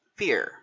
fear